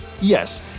Yes